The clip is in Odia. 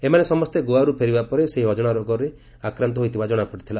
ଏମାନେ ସମସେ ଗୋଆରୁ ଫେରିବା ପରେ ସେହି ଅଜଶା ରୋଗରେ ଆକ୍ରାନ୍ନ ହୋଇଥିବା ଜଣାପଡ଼ିଥିଲା